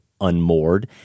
unmoored